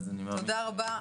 תודה רבה.